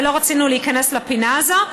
ולא רצינו להיכנס לפינה הזאת.